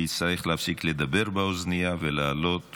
שיצטרך להפסיק לדבר באוזנייה ולעלות